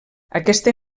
aquesta